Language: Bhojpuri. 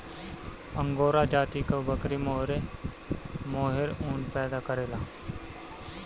अंगोरा जाति कअ बकरी मोहेर ऊन पैदा करेले